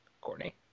Courtney